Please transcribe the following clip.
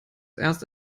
erst